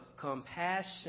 compassion